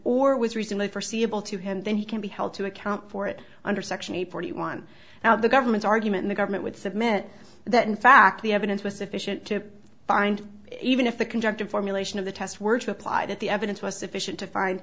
or was recently forseeable to him then he can be held to account for it under section eight forty one now the government's argument the government would submit that in fact the evidence was sufficient to find even if the conduct of formulation of the test were to apply that the evidence was sufficient to find